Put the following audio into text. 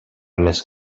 més